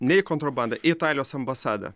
ne į kontrabandą į italijos ambasadą